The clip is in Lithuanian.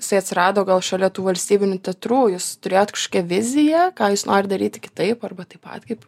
jisai atsirado gal šalia tų valstybinių teatrų jūs turėjot kažkokią viziją ką jūs nori daryt kitaip arba taip pat kaip